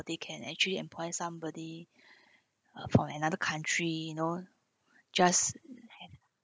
they can actually employ somebody uh from another country you know just